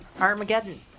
Armageddon